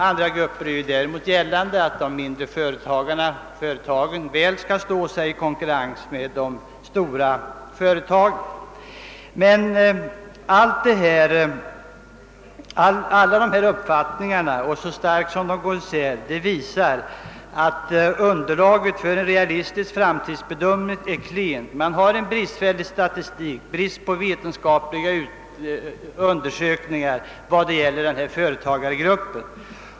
Andra gör däremot gällande att de mindre företagen väl kommer att stå sig i konkurrens med de stora företagen. Den omständigheten att uppfattningarna så starkt går isär visar att underlaget för en realistisk framtidsbedömning är klen. Man har en bristfällig statistik, brist på vetenskapliga undersökningar vad det gäller denna företagargrupp.